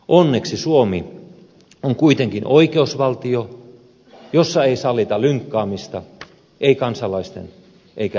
onneksi suomi on kuitenkin oikeusvaltio jossa ei sallita lynkkaamista ei kansalaisten eikä edes pääministerin